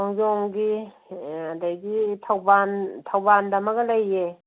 ꯈꯣꯡꯖꯣꯝꯒꯤ ꯑꯗꯒꯤ ꯊꯧꯕꯥꯜ ꯊꯧꯕꯥꯜꯗ ꯑꯃꯒ ꯂꯩꯌꯦ